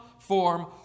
form